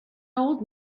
old